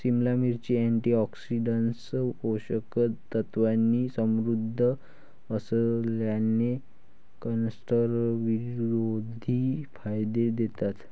सिमला मिरची, अँटीऑक्सिडंट्स, पोषक तत्वांनी समृद्ध असल्याने, कॅन्सरविरोधी फायदे देतात